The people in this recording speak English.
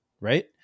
right